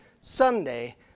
Sunday